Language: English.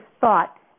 thought